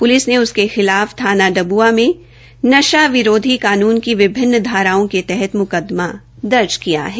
police ने उसके खिलाफ थाना डब्ओं में नशा विरोधी कानून की विभिन्न धाराओं के तहत मुकद्दमा दर्ज किया है